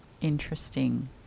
interesting